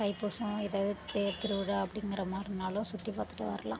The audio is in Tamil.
தைப்பூசம் எதாவது தேர்திருவிழா அப்படிங்கிற மாதிரினாலோ சுற்றி பார்த்துட்டு வரலாம்